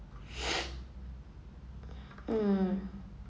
mm